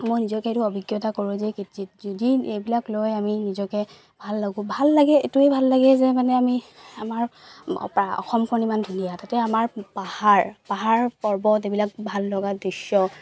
মই নিজকে এইটো অভিজ্ঞতা কৰো যে কি যি এইবিলাক লৈ আমি নিজকে ভাল লাগো ভাল লাগে এইটোৱেই ভাল লাগে যে মানে আমি আমাৰ অসমখন ইমান ধুনীয়া তাতে আমাৰ পাহাৰ পাহাৰ পৰ্বত এইবিলাক ভাল লগা দৃশ্য